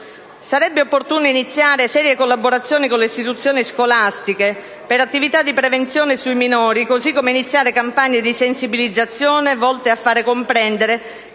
Sarebbe opportuno iniziare serie collaborazioni con le istituzioni scolastiche per attività di prevenzione sui minori, così come iniziare campagne di sensibilizzazione volte a fare comprendere